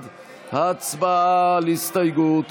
1. הצבעה על הסתייגות.